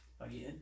Again